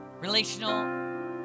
relational